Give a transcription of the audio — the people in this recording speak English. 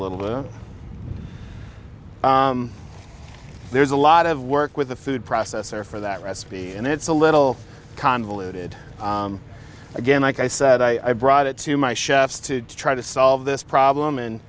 little bit there's a lot of work with a food processor for that recipe and it's a little convoluted again like i said i brought it to my chefs to try to solve this problem and